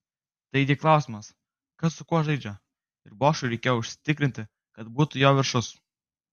taigi klausimas kas su kuo žaidžia ir bošui reikėjo užsitikrinti kad būtų jo viršus